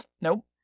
nope